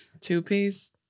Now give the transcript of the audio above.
two-piece